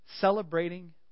celebrating